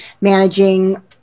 managing